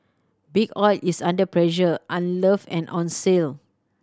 Big Oil is under pressure unloved and on sale